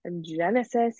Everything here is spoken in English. Genesis